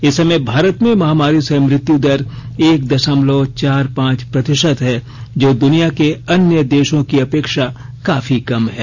इस समय भारत में महामारी से मृत्यु दर एक दशमलव चार पांच प्रतिशत है जो दुनिया के अन्य देशों की अपेक्षा काफी कम है